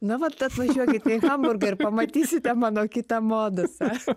na vat atvažiuokit į hamburgą ir pamatysite mano kitą modusą